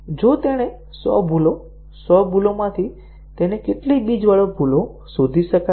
જો તેણે સો ભૂલો સો ભૂલોમાંથી તેની કેટલી બીજવાળી ભૂલો શોધી શકાય